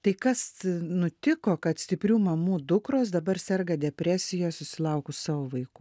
tai kas nutiko kad stiprių mamų dukros dabar serga depresija susilaukus savo vaikų